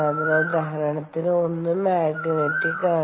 അതിനാൽ ഉദാഹരണങ്ങളിൽ ഒന്ന് മഗ്നറ്റിക്മാണ്